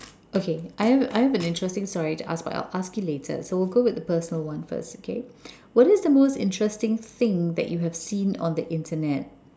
okay I have I have an interesting story that I will ask about but I will ask you later so we'll go with the personal one first okay what is the most interesting thing that you have seen on the internet